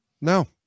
no